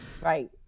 Right